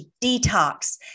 detox